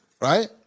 right